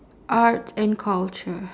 art and culture